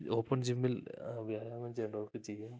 open ജിമ്മിൽ വ്യായാമം ചെയ്യേണ്ടവർക്കു ചെയ്യാം